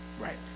right